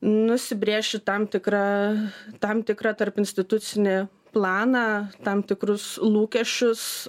nusibrėžti tam tikrą tam tikrą tarpinstitucinį planą tam tikrus lūkesčius